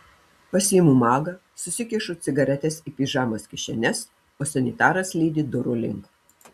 pasiimu magą susikišu cigaretes į pižamos kišenes o sanitaras lydi durų link